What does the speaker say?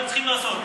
מה הם צריכים לעשות?